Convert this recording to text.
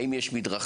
האם יש מדרכה,